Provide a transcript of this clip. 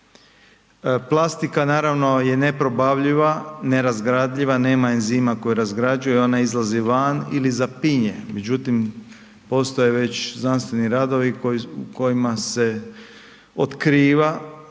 Plastika naravno je neprobavljiva, nerazgradiva, nema enzima koji ju razgrađuje i ona izlazi van ili zapinje, međutim postoje već znanstveni radovi u kojim se otkriva